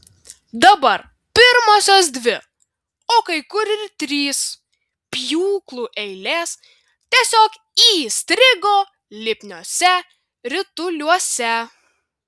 dabar pirmosios dvi o kai kur ir trys pjūklų eilės tiesiog įstrigo lipniuose rituliuose